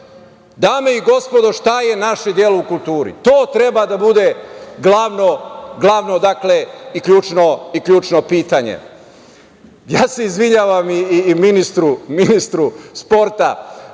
Dame i gospodo, šta je naše delo u kulturi - to treba da bude glavno i ključno pitanje. Ja se izvinjavam i ministru sporta